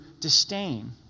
disdain